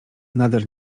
nader